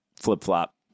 flip-flop